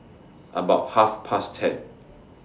about Half Past ten